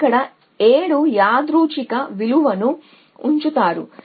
కాబట్టి మీరు ఇక్కడ 7 యాదృచ్ఛిక విలువను ఉంచుతారు